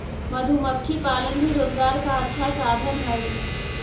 मधुमक्खी पालन भी रोजगार का अच्छा साधन हई